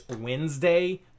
Wednesday